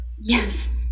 yes